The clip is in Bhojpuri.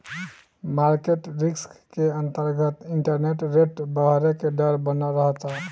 मारकेट रिस्क के अंतरगत इंटरेस्ट रेट बरहे के डर बनल रहता